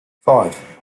five